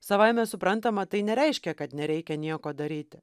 savaime suprantama tai nereiškia kad nereikia nieko daryti